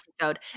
episode